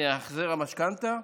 החזר המשכנתה,